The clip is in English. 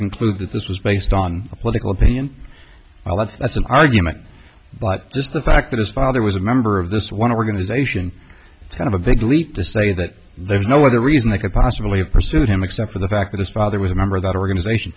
conclude that this was based on a political opinion well that's that's an argument but just the fact that his father was a member of this one organisation it's kind of a big leap to say that there's no other reason they could possibly have pursued him except for the fact that his father was a member of that organisation